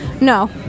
No